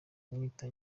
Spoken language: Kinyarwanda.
kumwita